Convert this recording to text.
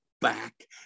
back